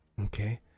okay